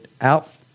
out